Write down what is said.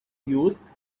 used